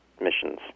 missions